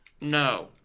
No